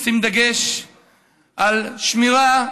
נשים דגש על שמירה,